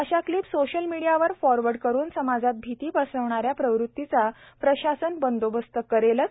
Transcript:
अशा clip social मीडियावर forward करून समाजात भीती पसरविणाऱ्या प्रवृत्तीचा प्रशासन बंदोबस्त करेलच